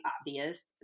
obvious